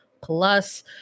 Plus